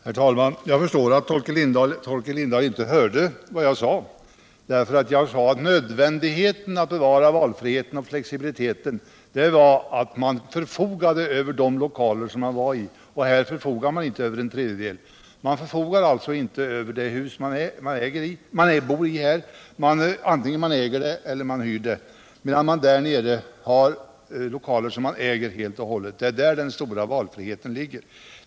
Herr talman! Jag förstår att Torkel Lindahl inte hörde vad jag sade. Jag framhöll att vad som är nödvändigt för att bevara valfriheten och flexibiliteten är att man förfogar över de lokaler som man bor i, och här förfogar vi inte över en tredjedel av lokalerna. Vi förfogar alltså inte över det hus som vi bor i här antingen vi äger det eller hyr det, medan vi i återflyttningsalternativet har lokaler som vi helt äger. Det är däri som den stora valfriheten ligger.